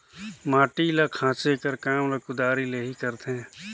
माटी ल खाचे कर काम ल कुदारी ले ही करथे